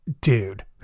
dude